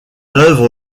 œuvre